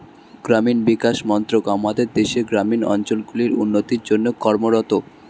গ্রামীণ বিকাশ মন্ত্রক আমাদের দেশের গ্রামীণ অঞ্চলগুলির উন্নতির জন্যে কর্মরত